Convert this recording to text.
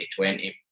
2020